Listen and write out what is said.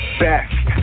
best